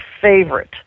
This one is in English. favorite